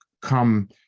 come